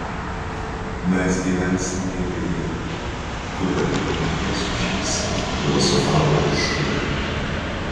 mes gyvensim gėlėje kuria po mirties sužysim filosofavo uršulė